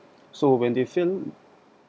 so when they fail